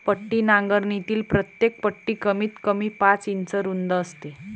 पट्टी नांगरणीतील प्रत्येक पट्टी कमीतकमी पाच इंच रुंद असते